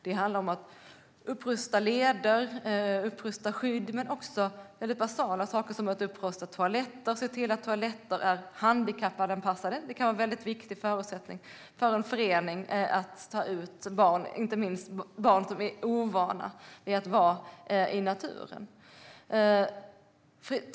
Det handlar om att upprusta leder och skydd men också om väldigt basala saker som att upprusta toaletter och se till att de är handikappanpassade. Det kan vara en väldigt viktig förutsättning för en förening som ska ta ut barn, inte minst barn som är ovana vid att vara i naturen.